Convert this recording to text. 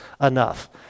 enough